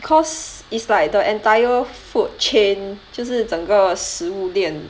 cause is like the entire food chain 就是整个食物链